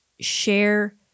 share